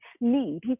need